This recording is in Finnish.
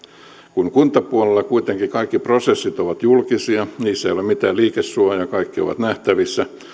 kun kuntapuolella kuitenkin kaikki prosessit ovat julkisia niissä ei ole mitään liikesuojaa kaikki ovat nähtävissä